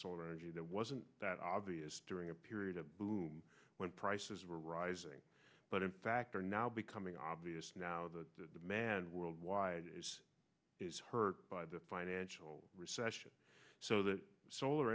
solar energy that wasn't that obvious during a period of boom when prices were rising but in fact are now becoming obvious now the man worldwide is hurt by the financial recession so the solar